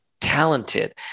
talented